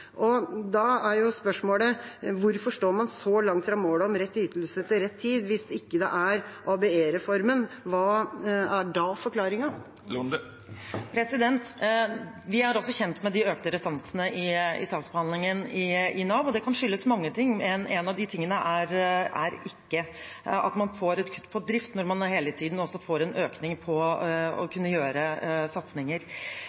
spørsmålet: Hvorfor står man så langt fra målet om rett ytelse til rett tid? Hvis det ikke er ABE-reformen – hva er da forklaringen? Vi er også kjent med de økte restansene i saksbehandlingen i Nav. Det kan skyldes mange ting, men én av de tingene er ikke at man får et kutt på driften når man hele tiden også får en økning til å